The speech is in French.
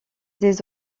des